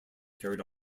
carried